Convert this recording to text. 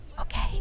Okay